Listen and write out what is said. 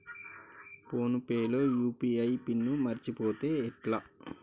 Phone pay లో UPI PIN మరచిపోతే ఎట్లా?